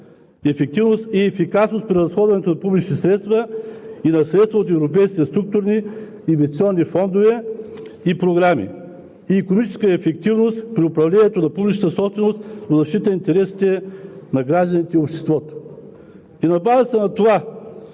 ефективност и ефикасност при разходването на публични средства и на средства от Европейските структурни и инвестиционни фондове и програми; 4. икономическа ефективност при управлението на публичната собственост в защита интереса на гражданите и обществото.“ На базата на това: